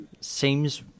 seems